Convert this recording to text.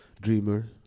dreamer